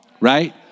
right